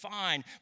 fine